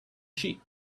sheep